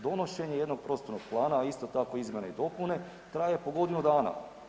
Donošenje jednog prostornog plana a isto tako i izmjene i dopune traje po godinu dana.